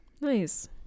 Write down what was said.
Nice